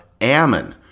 Ammon